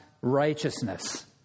righteousness